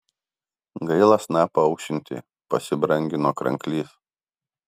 gaila snapą aušinti pasibrangino kranklys